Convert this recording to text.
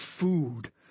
food